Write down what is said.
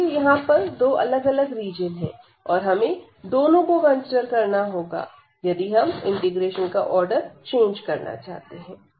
इसीलिए यहां पर दो अलग अलग रीजन है और हमें दोनों को कंसीडर करना होगा यदि हम इंटीग्रेशन का आर्डर चेंज करना चाहते हैं